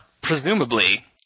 presumably